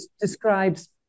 describes